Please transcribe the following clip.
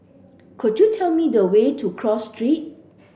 could you tell me the way to Cross Street